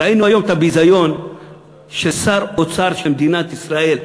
ראינו היום את הביזיון ששר אוצר של מדינת ישראל,